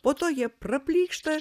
po to jie praplyšta